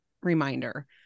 reminder